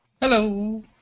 Hello